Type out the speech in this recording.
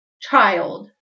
child